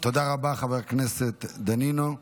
תודה רבה, חבר הכנסת דנינו.